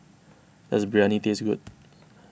does Biryani taste good